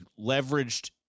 leveraged